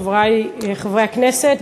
חברי חברי הכנסת,